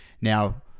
now